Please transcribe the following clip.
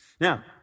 Now